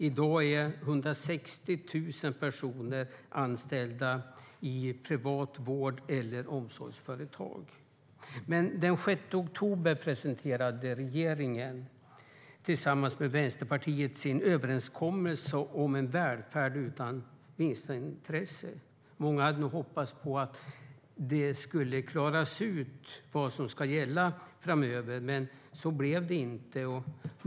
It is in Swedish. I dag är 160 000 personer anställda i ett privat vård eller omsorgsföretag. Den 6 oktober presenterade regeringen tillsammans med Vänsterpartiet sin överenskommelse om en välfärd utan vinstintresse. Många hade hoppats att det skulle ha klarats ut vad som ska gälla framöver, men så blev det inte.